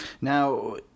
Now